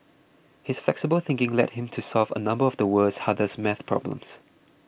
his flexible thinking led him to solve a number of the world's hardest math problems